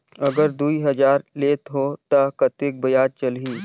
अगर दुई हजार लेत हो ता कतेक ब्याज चलही?